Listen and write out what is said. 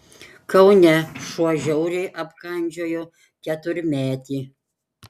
kaune šuo žiauriai apkandžiojo keturmetį